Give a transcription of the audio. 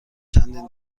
چندین